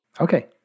Okay